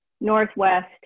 Northwest